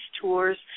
tours